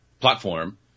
platform